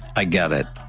i get it.